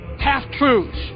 half-truths